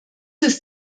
ist